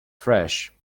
fresh